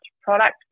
product